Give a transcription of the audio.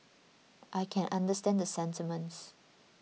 I can understand the sentiments